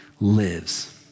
lives